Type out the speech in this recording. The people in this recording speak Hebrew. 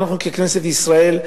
ככנסת ישראל,